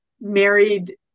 married